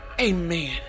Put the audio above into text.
amen